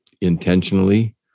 intentionally